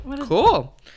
Cool